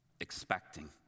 expecting